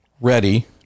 ready